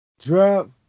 Drop